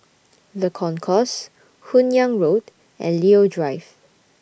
The Concourse Hun Yeang Road and Leo Drive